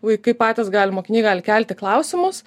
vaikai patys gali mokiniai gali kelti klausimus